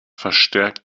verstärkt